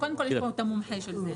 קודם כל יש פה את המומחה של זה.